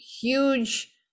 huge